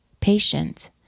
patient